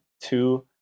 Two